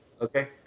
okay